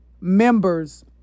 members